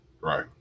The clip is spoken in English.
Right